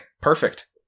perfect